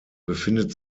befindet